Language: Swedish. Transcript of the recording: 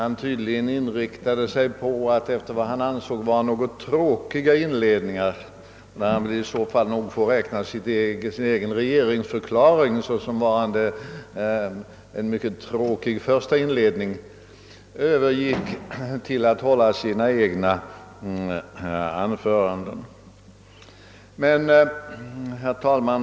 Efter vad han tydligen ansåg vara något tråkiga inledningar — han får väl i så fall räkna sin egen regeringsförklaring som en mycket tråkig första inledning — övergick utrikesministern till att hålla långa inte så roliga egna anföranden.